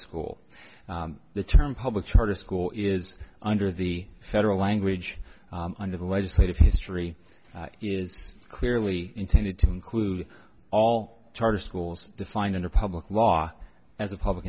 school the term public charter school is under the federal language under the legislative history is clearly intended to include all charter schools defined under public law as a public